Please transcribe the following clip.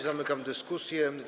Zamykam dyskusję.